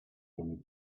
from